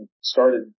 started